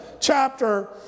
chapter